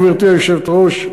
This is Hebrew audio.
גברתי היושבת-ראש,